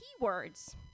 keywords